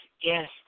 Yes